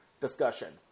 discussion